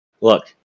Look